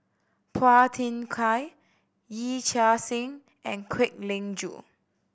Phua Thin Kiay Yee Chia Hsing and Kwek Leng Joo